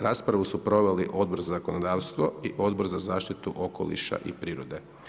Raspravu su proveli Odbor za zakonodavstvo i Odbor za zaštitu okoliša i prirode.